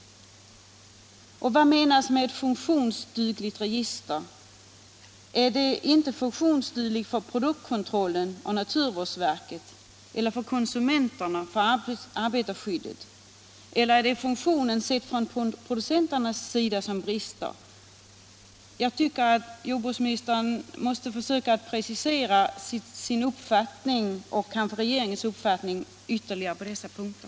Och vad menas med funktionsdugligt register? Är registret inte funktionsdugligt för produktkontrollen och naturvårdsverket eller för konsumenterna och arbetarskyddet? Eller är det funktionen sedd från producenternas sida som brister? Jag tycker att jordbruksministern bör försöka precisera sin — och kanske regeringens — uppfattning på dessa punkter.